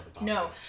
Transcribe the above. No